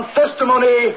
testimony